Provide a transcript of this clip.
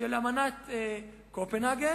של אמנת קופנהגן,